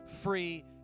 free